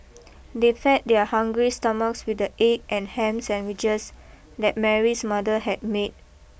they fed their hungry stomachs with the egg and ham sandwiches that Mary's mother had made